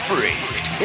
Freaked